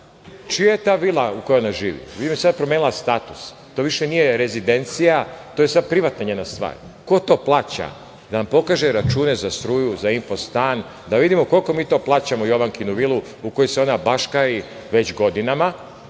čija je ta vila u kojoj ona živi? Vila je sada promenila status. To više nije rezidencija. To je sada privatna njena stvar. Ko to plaća? Da nam pokaže račune za struju, za infostan, da vidimo koliko mi to plaćamo Jovankinu vilu u kojoj se ona baškari već godinama.